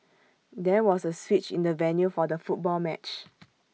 there was A switch in the venue for the football match